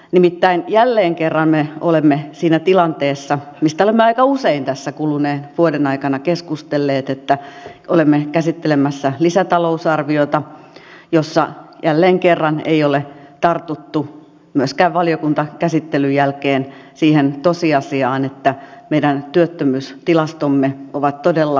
nimittäin jälleen kerran me olemme siinä tilanteessa mistä olemme aika usein tässä kuluneen vuoden aikana keskustelleet että olemme käsittelemässä lisätalousarviota jossa jälleen kerran ei ole tartuttu myöskään valiokuntakäsittelyn jälkeen siihen tosiasiaan että meidän työttömyystilastomme ovat todella hälyttävät